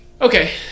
Okay